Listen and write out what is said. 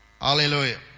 Hallelujah